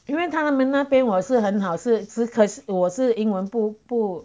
因为他们那边我是很好是只可惜我是英文不不